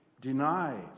deny